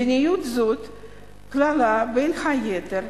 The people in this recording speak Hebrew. מדיניות זאת כללה, בין היתר,